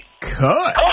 Cut